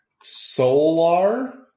Solar